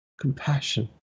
compassion